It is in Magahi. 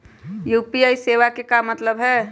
यू.पी.आई सेवा के का मतलब है?